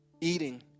eating